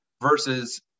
versus